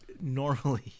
normally